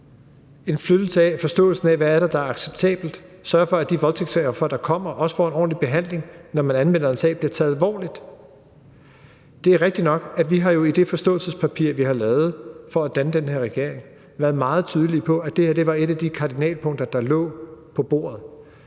og flytte forståelsen af, hvad det er, der er acceptabelt, og sørge for, at de voldtægtsofre, der kommer, også får en ordentlig behandling, altså at man, når man anmelder en sag, bliver taget alvorligt. Det er rigtigt nok, at vi i det forståelsespapir, vi har lavet for at danne den her regering, har være meget tydelige, med hensyn til at det her var et af de kardinalpunkter, der lå på bordet.